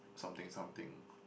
something something